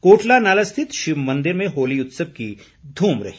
कोटला नाला स्थित शिव मंदिर में होली उत्सव की धूम रही